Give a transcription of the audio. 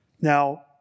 Now